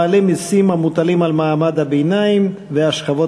מעלה מסים המוטלים על מעמד הביניים והשכבות